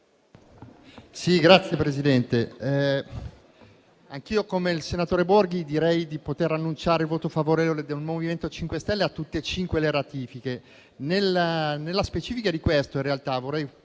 Signor Presidente, anch'io, come il senatore Borghi, vorrei annunciare il voto favorevole del MoVimento 5 Stelle a tutte e cinque le ratifiche. Nello specifico di questa in realtà, vorrei